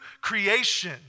creation